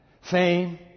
Fame